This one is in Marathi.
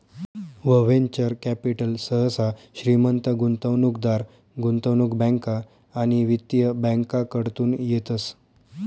वव्हेंचर कॅपिटल सहसा श्रीमंत गुंतवणूकदार, गुंतवणूक बँका आणि वित्तीय बँकाकडतून येतस